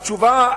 התשובה,